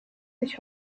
sich